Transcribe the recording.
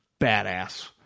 badass